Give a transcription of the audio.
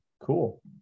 Cool